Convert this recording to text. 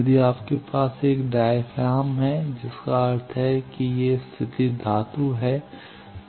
यदि आपके पास एक डायाफ्राम है जिसका अर्थ है ये स्थिति धातु है